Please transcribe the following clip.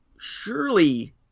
surely